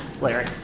Larry